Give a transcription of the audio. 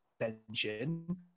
attention